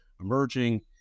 emerging